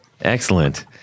Excellent